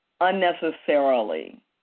unnecessarily